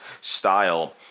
style